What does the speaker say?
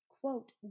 quote